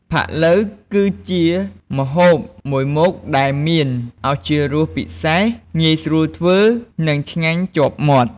ផាក់ឡូវ គឺជាម្ហូបមួយមុខដែលមានឱជារសពិសេស ងាយស្រួលធ្វើ និងឆ្ងាញ់ជាប់មាត់។